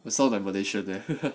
they sold malaysia there